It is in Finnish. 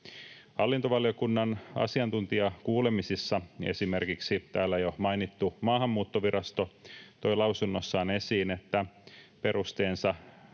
Hallintovaliokunnan asiantuntijakuulemisissa esimerkiksi täällä jo mainittu Maahanmuuttovirasto toi lausunnossaan esiin, että perusteensa